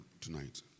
tonight